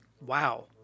Wow